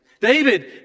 David